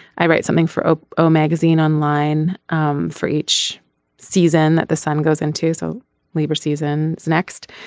i write something for o o magazine online um for each season that the same goes into so labor season is next.